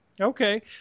Okay